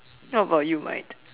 what about you mate